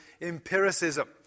empiricism